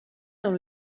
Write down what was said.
dans